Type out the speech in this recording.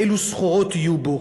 אילו סחורות יהיו בו,